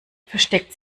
versteckt